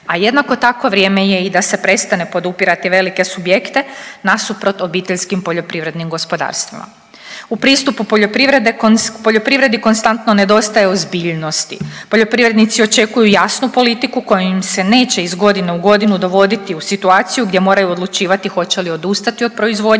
a jednako tako vrijeme je i da se prestane podupirati velike subjekte nasuprot OPG-ovima. U pristupu poljoprivredi konstantno nedostaje ozbiljnosti, poljoprivrednici očekuju jasnu politiku koja im se neće iz godine u godinu dovoditi u situaciju gdje moraju odlučivati hoće li odustati od proizvodnje